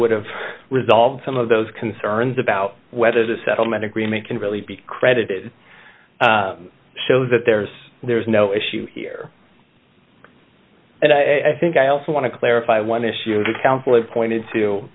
would have resolved some of those concerns about whether the settlement agreement can really be credited shows that there's there's no issue here and i think i also want to clarify one issue that council appointed to